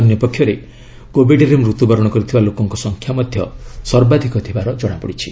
ଅନ୍ୟପକ୍ଷରେ କୋବିଡରେ ମୃତ୍ୟୁବରଣ କରିଥିବା ଲୋକଙ୍କ ସଂଖ୍ୟା ମଧ୍ୟ ସର୍ବାଧିକ ଥିବାର ଜଣାପଡ଼ିଛି